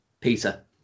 Peter